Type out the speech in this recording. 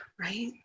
right